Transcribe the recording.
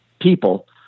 people